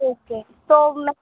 okay તો